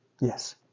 Yes